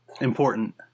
important